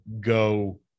go